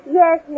yes